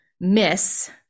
miss